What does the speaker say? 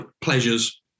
pleasures